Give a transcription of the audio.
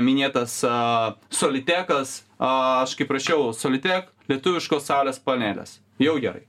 minėtas a solitekas a aš kaip rašiau solitek lietuviškos saulės panelės jau gerai